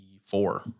Four